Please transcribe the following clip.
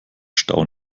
stau